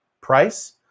price